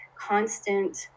constant